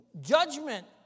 Judgment